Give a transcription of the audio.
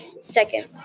Second